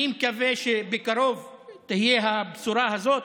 אני מקווה שבקרוב תהיה הבשורה הזאת,